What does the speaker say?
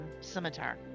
scimitar